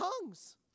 tongues